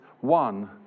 One